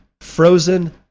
frozen